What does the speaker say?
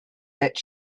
that